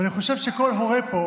ואני חושב שכל הורה פה